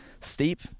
steep